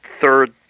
third